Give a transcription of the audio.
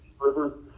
River